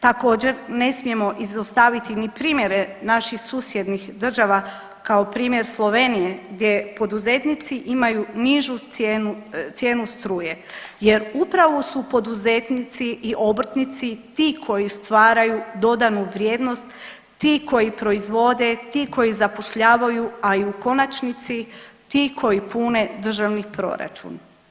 Također ne smijemo izostaviti ni primjere naših susjednih država kao primjer Slovenije gdje poduzetnici imaju nižu cijenu, cijenu struje jer upravo su poduzetnici i obrtnici ti koji stvaraju dodanu vrijednost, ti koji proizvode, ti koji zapošljavaju, a i u konačnici ti koji pune državni proračun.